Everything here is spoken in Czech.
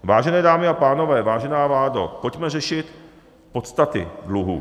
Vážené dámy a pánové, vážená vládo, pojďme řešit podstaty dluhů.